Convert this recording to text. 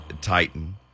Titan